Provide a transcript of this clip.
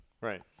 Right